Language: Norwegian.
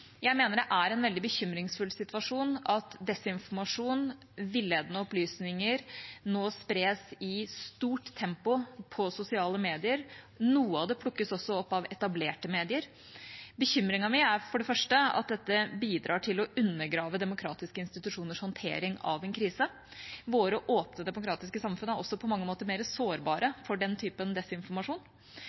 Jeg mener det er en veldig bekymringsfull situasjon at desinformasjon, villedende opplysninger, nå spres i stort tempo på sosiale medier. Noe av det plukkes også opp av etablerte medier. Bekymringen min er for det første at dette bidrar til å undergrave demokratiske institusjoners håndtering av en krise. Våre åpne, demokratiske samfunn er også på mange måter mer sårbare for den typen